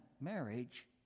marriage